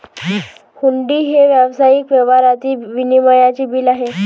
हुंडी हे व्यावसायिक व्यवहारातील विनिमयाचे बिल आहे